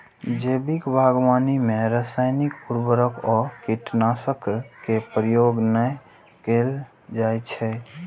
जैविक बागवानी मे रासायनिक उर्वरक आ कीटनाशक के प्रयोग नै कैल जाइ छै